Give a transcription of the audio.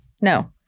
No